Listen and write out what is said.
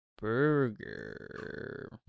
burger